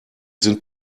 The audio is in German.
sind